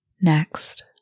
Next